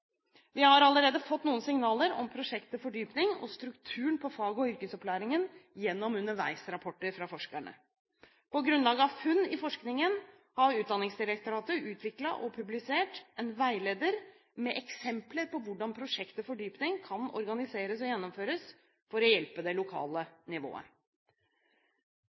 Vi har allerede fått noen signaler om prosjekt til fordypning og strukturen på fag- og yrkesopplæringen gjennom underveisrapporter fra forskerne. På grunnlag av funn i forskningen har Utdanningsdirektoratet utviklet og publisert en veileder med eksempler på hvordan prosjekt til fordypning kan organiseres og gjennomføres for å hjelpe det lokale nivået.